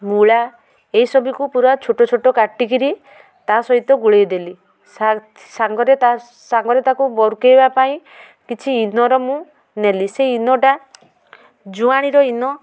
ମୂଳା ଏସବୁକୁ ପୁରା ଛୋଟ ଛୋଟ କାଟି କିରି ତା' ସହିତ ଗୋଳେଇ ଦେଲି ସାଙ୍ଗରେ ତା' ସାଙ୍ଗରେ ତାକୁ ବୋରକେଇବା ପାଇଁ କିଛି ଇନୋର ମୁଁ ନେଲି ସେ ଇନୋଟା ଜୁଆଣିର ଇନୋ